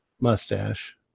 mustache